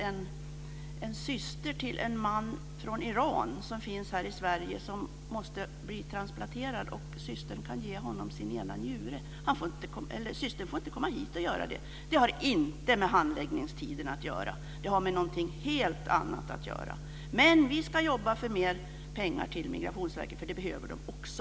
Det gällde en syster till en man från Iran som finns här i Sverige och som måste genomgå en transplantation. Systern kan ge honom sin ena njure. Systern får inte komma hit för att göra det. Det har inte med handläggningstiden att göra. Det har med någonting helt annat att göra. Men vi ska jobba för mer pengar till Migrationsverket för det behövs också.